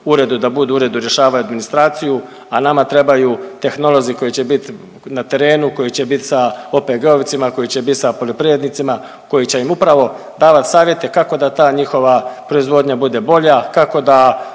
uredu da budu u uredu i rješavaju administraciju, a nama trebaju tehnolozi koji će bit na terenu, koji će bit sa OPG-ovcima, koji će bit sa poljoprivrednicima, koji će im upravo davat savjete kako da ta njihova proizvodnja bude bolja, kako da